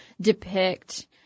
depict